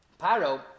Paro